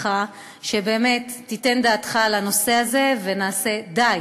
ממך שבאמת תיתן את דעתך על הנושא הזה, ונעשה די,